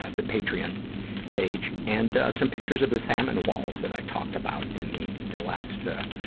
the patreon page, and, ah, some pictures of the famine walls that i talked about in the the last, ah,